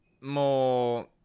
more